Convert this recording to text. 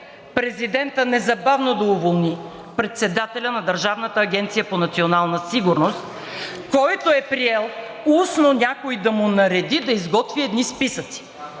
президентът незабавно да уволни председателя на Държавната агенция по национална сигурност, който е приел устно някой да му нареди да изготви едни списъци.